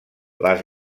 les